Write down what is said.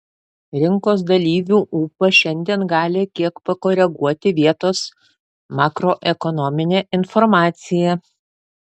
rinkos dalyvių ūpą šiandien gali kiek pakoreguoti vietos makroekonominė informacija